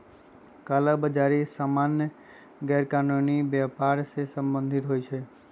कला बजारि सामान्य गैरकानूनी व्यापर से सम्बंधित होइ छइ